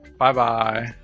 bye bye.